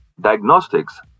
diagnostics